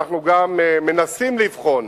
אנחנו גם מנסים לבחון,